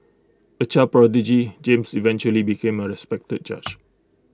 A child prodigy James eventually became A respected judge